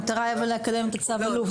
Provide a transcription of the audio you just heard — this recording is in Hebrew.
אבל המטרה היא לקדם את הצו אלוף,